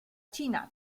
china